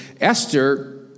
Esther